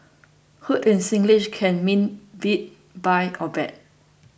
hoot in Singlish can mean beat buy or bet